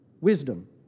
wisdom